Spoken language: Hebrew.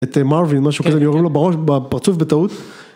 את מרווין או משהו כזה, אני יורה לו בראש בפרצוף בטעות.